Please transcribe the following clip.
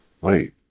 Wait